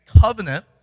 covenant